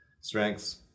strengths